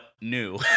new